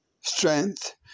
strength